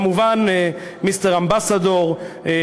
כמובן Mr. Ambassador,